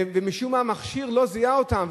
ומשום מה המכשיר לא זיהה אותם,